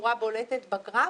בצורה בולטת בגרף.